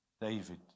David